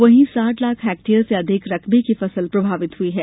वहीं साठ लाख हेक्टेयर से अधिक रकबे की फसल प्रभावित हुई है